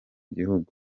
gihugu